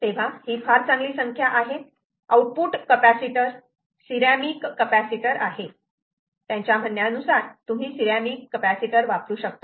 तेव्हा ही फार चांगली संख्या आहे आउटपुट कपॅसिटर सिरॅमिक कपॅसिटर आहे त्याच्या म्हणण्यानुसार तूम्ही सिरॅमिक वापरू शकतात